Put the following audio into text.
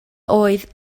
oedd